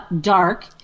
dark